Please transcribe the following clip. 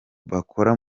bakora